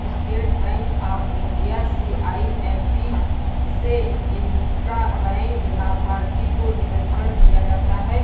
state Bank of India CIMB से intra bank लाभार्थी को नियंत्रण किया जाता है